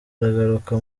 aragaruka